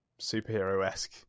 superhero-esque